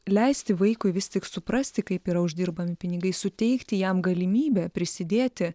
leisti vaikui vis tik suprasti kaip yra uždirbami pinigai suteikti jam galimybę prisidėti